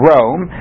Rome